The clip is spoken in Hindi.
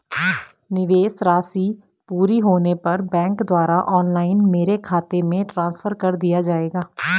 निवेश राशि पूरी होने पर बैंक द्वारा ऑनलाइन मेरे खाते में ट्रांसफर कर दिया जाएगा?